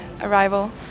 arrival